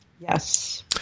Yes